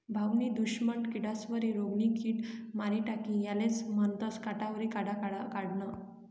भाऊनी दुश्मन किडास्वरी रोगनी किड मारी टाकी यालेज म्हनतंस काटावरी काटा काढनं